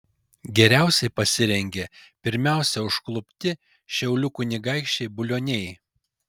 geriausiai pasirengė pirmiausia užklupti šiaulių kunigaikščiai bulioniai